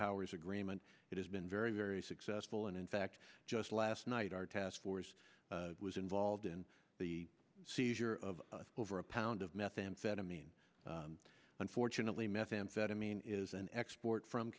powers agreement that has been very very successful and in fact just last night our task force was involved in the seizure of over a pound of methamphetamine unfortunately methamphetamine is an export from